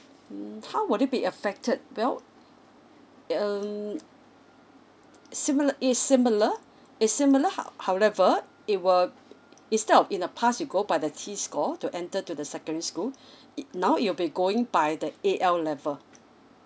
mm how would it be affected well eh um similar it's similar it's similar ho~ however it will instead of in the past you go by the T score to enter to the secondary school it now it'll be going by the A_L level